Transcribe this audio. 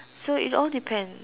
so it all depend